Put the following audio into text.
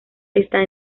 está